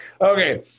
Okay